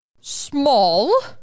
Small